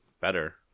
better